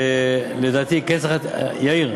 יאיר,